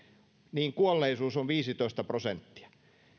niin kuolleisuus on viisitoista prosenttia